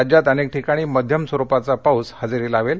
राज्यात अनेक ठिकाणी मध्यम स्वरूपाचा पाऊस हजेरी लावेल